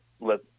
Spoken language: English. let